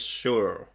sure